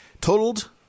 totaled